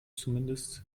zumindest